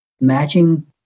matching